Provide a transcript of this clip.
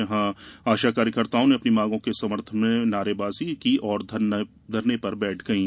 जहां आशा कार्यकर्ताओं ने अपनी मांगो के समर्थन में नारेबाजी की और धरना पर बैठ गयी